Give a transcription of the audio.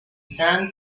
san